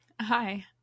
Hi